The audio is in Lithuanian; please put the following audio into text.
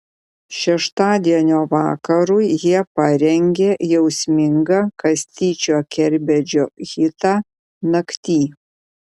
šeštadienio vakarui jie parengė jausmingą kastyčio kerbedžio hitą nakty